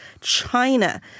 China